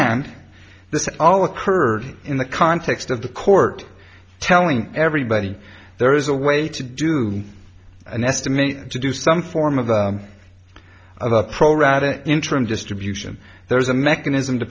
and this all occurred in the context of the court telling everybody there is a way to do an estimate to do some form of the a pro rata interim distribution there is a mechanism to